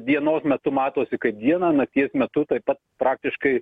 dienos metu matosi kaip dieną nakties metu taip pat praktiškai